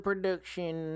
Production